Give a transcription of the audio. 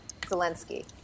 Zelensky